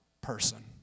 person